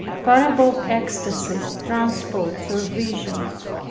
far above ecstacies, transports or visions.